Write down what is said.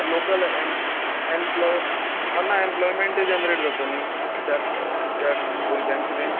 आनी लोकल ये एमप्लोय हय ना एमप्लोमेंट ते जेनरेट जाता ना त्या भुरग्यांक कितें